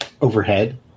Overhead